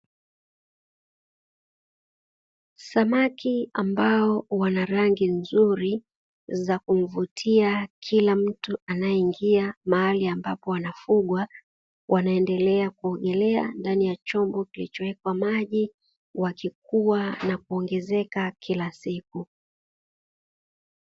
Samaki ambao wana rangi nzuri za kumvutia kila mtu anayeingia mahali ambapo wanafugwa, wanaendelea kuogelea ndani ya chombo kilichowekwa maji, wakikua na kuongezeka kila siku.